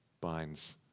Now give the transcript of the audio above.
Binds